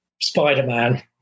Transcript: Spider-Man